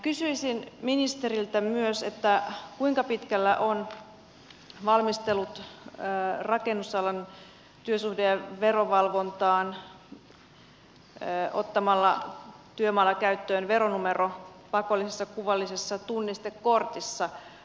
kysyisin ministeriltä myös kuinka pitkällä ovat rakennusalan työsuhde ja verovalvonnan valmistelut veronumeron ottamisesta käyttöön työmaalla pakollisessa kuvallisessa tunnistekortissa